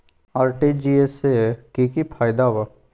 RTGS से की की फायदा बा?